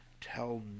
tell